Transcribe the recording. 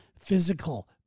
physical